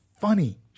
funny